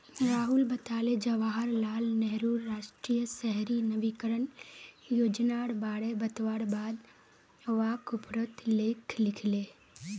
राहुल बताले जवाहर लाल नेहरूर राष्ट्रीय शहरी नवीकरण योजनार बारे बतवार बाद वाक उपरोत लेख लिखले